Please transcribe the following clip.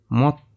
mot